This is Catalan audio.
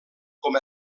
com